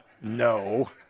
No